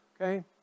Okay